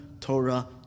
Torah